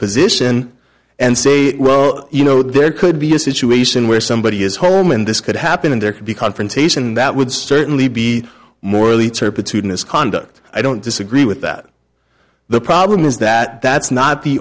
position and say well you know there could be a situation where somebody is home and this could happen and there could be confrontation that would certainly be morally turpitude in his conduct i don't disagree with that the problem is that that's not the